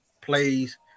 plays